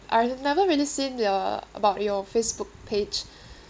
I have never really seen your about your Facebook page